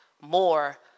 more